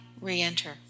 re-enter